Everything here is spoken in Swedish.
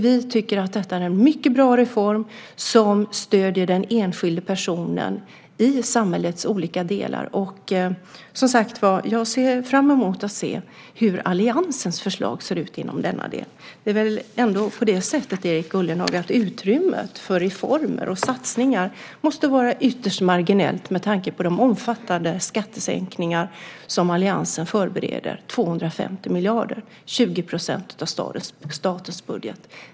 Vi tycker att det är en mycket bra reform som stöder den enskilda personen i samhällets olika delar. Jag ser som sagt fram emot att se hur alliansens förslag ser ut i denna del. Det är väl så, Erik Ullenhag, att utrymmet för reformer och satsningar måste vara ytterst marginellt med tanke på de omfattande skattesänkningar som alliansen förbereder, 250 miljarder, 20 % av statens budget.